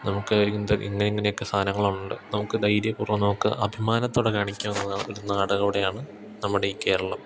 നമുക്ക് ഇന്ത് ഇങ്ങനെങ്ങനെക്കെ സാധനങ്ങൾ ഉണ്ട് നമുക്ക് ധൈര്യപൂർവം നമുക്ക് അഭിമാനത്തോടെ കാണിക്കാവുന്ന ഒരു നാട് കൂടെയാണ് നമ്മുടെ ഈ കേരളം